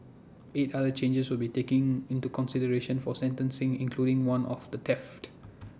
eight other charges will be taken into consideration for sentencing including one of theft